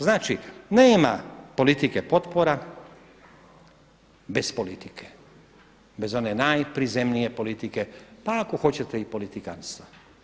Znači, nema politike potpora bez politike, bez one najprizemnije politike, pa ako hoćete i politikanstva.